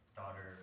daughter